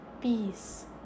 peace